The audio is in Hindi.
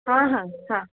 हाँ हाँ हाँ